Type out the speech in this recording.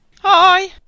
Hi